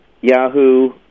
Yahoo